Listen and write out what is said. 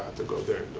to go there